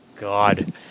God